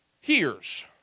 hears